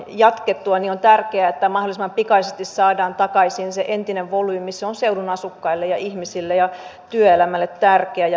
puolustusvaliokunta totesi lausunnossaan että tällainen kielto voimaan tullessaan lopettaisi suomen nykymuotoisen omaehtoisen ja omakustanteisen maanpuolustuskyvyn ylläpitoon liittyvän reserviläistoiminnan